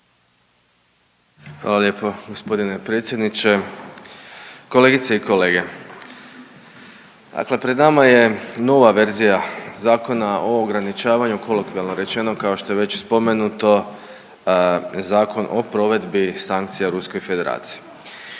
Hvala lijepo gospodine predsjedniče. Kolegice i kolege, dakle pred nama je nova verzija Zakona o ograničavanju, kolokvijalno rečeno kao što je već spomenuto, Zakon o provedbi sankcija Ruskoj federaciji.